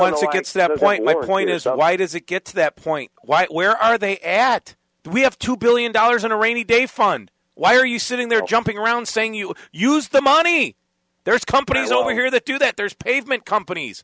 is why does it get to that point why where are they at we have two billion dollars in a rainy day fund why are you sitting there jumping around saying you use the money there's companies over here that do that there's pavement companies